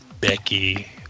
becky